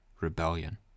rebellion